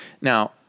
Now